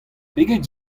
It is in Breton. pegeit